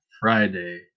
Friday